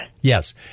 Yes